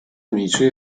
amici